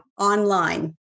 online